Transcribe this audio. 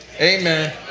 amen